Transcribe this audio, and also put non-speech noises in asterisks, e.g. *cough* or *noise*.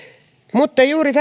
mutta juuri *unintelligible*